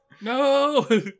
no